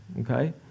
okay